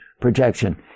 projection